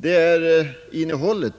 Det är innehållet